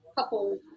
Couple